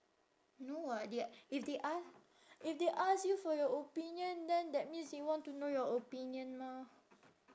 no [what] they if they ask if they ask you for your opinion then that means they want to know your opinion mah